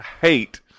hate